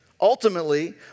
Ultimately